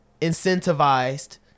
incentivized